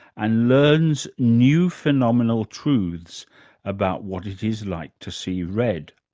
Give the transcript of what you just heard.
and learns new phenomenal truths about what it is like to see red.